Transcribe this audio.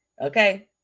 okay